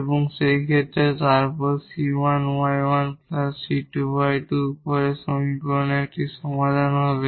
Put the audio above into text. এবং সেই ক্ষেত্রে তারপর 𝑐1𝑦1 𝑐2𝑦2 উপরের সমীকরণের একটি সমাধান হবে